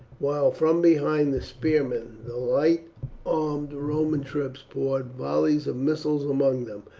while from behind the spearmen, the light armed roman troops poured volleys of missiles among them.